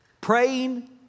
praying